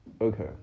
okay